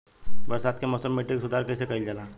बरसात के मौसम में मिट्टी के सुधार कइसे कइल जाई?